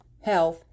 health